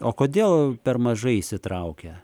o kodėl per mažai įsitraukia